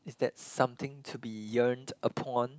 is that something to be yearned upon